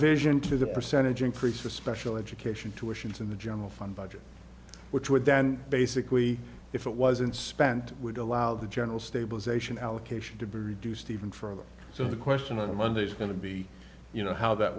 reversion to the percentage increase the special education tuitions in the general fund budget which would then basically if it wasn't spent would allow the general stabilization allocation to be reduced even further so the question on monday is going to be you know how that